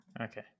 Okay